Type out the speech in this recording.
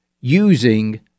using